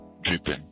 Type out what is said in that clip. dripping